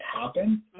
happen